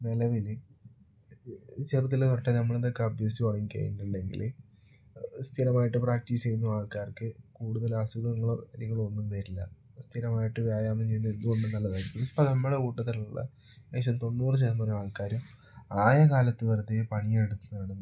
നിലവില് ചെറുതില് തൊട്ടേ നമ്മൾ ഇതൊക്കെ അഭ്യസിച്ച് വഴങ്ങികഴിഞ്ഞിട്ടുണ്ടെങ്കില് സ്ഥിരമായിട്ട് പ്രാക്ടീസ് ചെയ്യുന്ന ആൾക്കാർക്ക് കൂടുതൽ അസുഖങ്ങളോ കാര്യങ്ങളോ ഒന്നും വരില്ല സ്ഥിരമായിട്ട് വ്യായാമം ചെയ്യുന്നത് എന്തുകൊണ്ടും നല്ലതായിരിക്കും ഇപ്പം നമ്മുടെ കൂട്ടത്തിലുള്ള ഏകദേശം തൊണ്ണൂറ് ശതമാനം ആൾക്കാരും ആയ കാലത്ത് വെറുതെ പണിയെടുത്ത് നടന്ന്